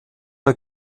der